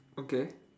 okay